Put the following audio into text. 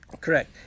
correct